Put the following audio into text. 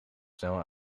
snel